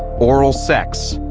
oral sex,